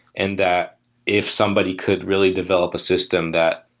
and that if somebody could really develop a system that